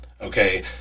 Okay